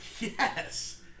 Yes